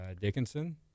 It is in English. Dickinson